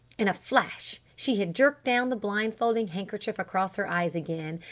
in a flash she had jerked down the blind-folding handkerchief across her eyes again,